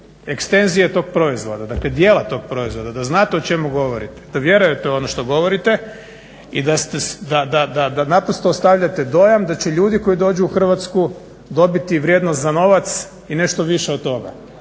ekstenzije tog proizvoda, dakle dijela tog proizvoda da znate o čemu govorite, da vjerujete u ono što govorite i da naprosto ostavljate dojam da će ljudi koji dođu u Hrvatsku dobiti vrijednost za novac i nešto više od toga.